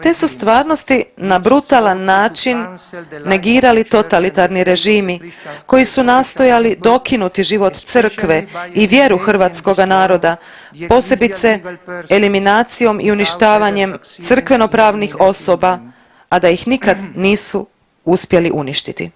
Te su stvarnosti na brutalan način negirali totalitarni režimi koji su nastojali dokinuti život crkve i vjeru hrvatskoga naroda posebice eliminacijom i uništavanjem crkveno pravnih osoba, a da ih nikad nisu uspjeli uništiti.